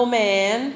man